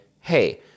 hey